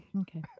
Okay